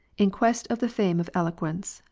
in quest of the fame of eloquence,